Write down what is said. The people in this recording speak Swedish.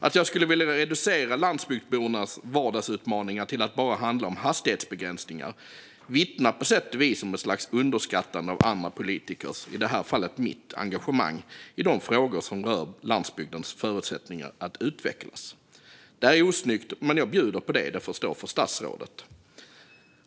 Att antyda att jag vill reducera landsbygdsbornas vardagsutmaningar till att bara handla om hastighetsbegränsningar vittnar på sätt och vis om ett slags underskattande av andra politikers, i det här fallet mitt, engagemang i de frågor som rör landsbygdens förutsättningar att utvecklas. Det är osnyggt, men jag bjuder på det. Det får stå för statsrådet.